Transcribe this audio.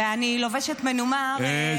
ואני לובשת מנומר --- אה,